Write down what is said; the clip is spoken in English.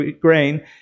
grain